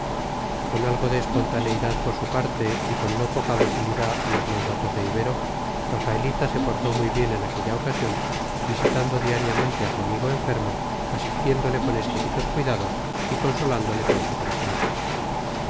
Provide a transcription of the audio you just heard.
con algo de espontaneidad por su parte y con no poca docilidad a los mandatos de ibero rafaelita se portó muy bien en aquella ocasión visitando diariamente a su amigo enfermo asistiéndole con exquisitos cuidados y consolándole con su presencia